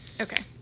okay